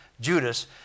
Judas